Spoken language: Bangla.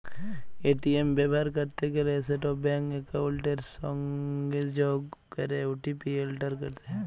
এ.টি.এম ব্যাভার ক্যরতে গ্যালে সেট ব্যাংক একাউলটের সংগে যগ ক্যরে ও.টি.পি এলটার ক্যরতে হ্যয়